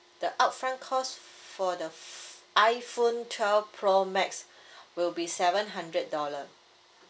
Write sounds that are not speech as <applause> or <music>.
the upfront cost for the iPhone twelve pro max <breath> will be seven hundred dollar